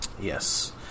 Yes